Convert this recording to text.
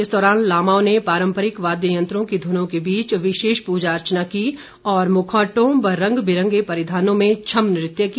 इस दौरान लामाओं ने पारम्परिक वाद्य यंत्रों की धुनों के बीच विशेष पूजा अर्चना की और मुखौटों व रंग बिरंगें परिघानों में छम्म नृत्य किया